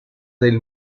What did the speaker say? del